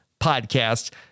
podcast